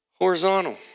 Horizontal